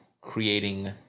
creating